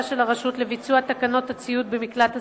של הרשות לביצוע תקנות הציוד במקלט הציבורי,